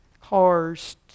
cars